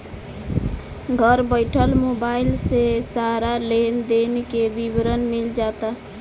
घर बइठल मोबाइल से सारा लेन देन के विवरण मिल जाता